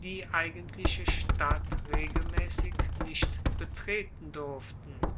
die eigentliche stadt regelmaessig nicht betreten durften